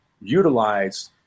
utilize